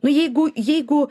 nu jeigu jeigu